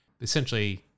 Essentially